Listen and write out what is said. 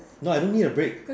no I don't need a break